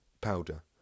Powder